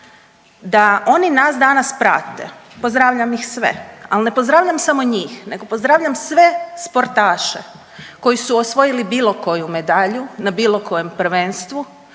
da oni nas danas prate, pozdravljam ih sve, ali ne pozdravljam samo njih, nego pozdravljam sve sportaše koji su osvojili bilo koju medalju na bilo kojem prvenstvu,